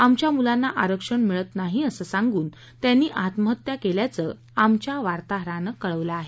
आमच्या मुलांना आरक्षण मिळत नाही अस सांगून त्यांनी आत्महत्या केल्याचं आमच्या वार्ताहरानं कळवलं आहे